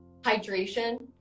hydration